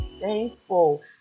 thankful